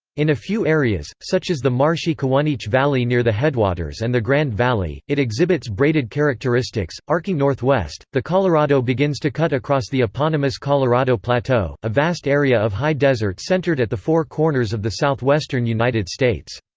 in a few areas, such as the marshy kawuneeche valley near the headwaters and the grand valley, it exhibits braided characteristics arcing northwest, the colorado begins to cut across the eponymous colorado plateau, a vast area of high desert centered at the four corners of the southwestern united states.